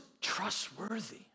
trustworthy